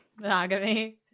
Monogamy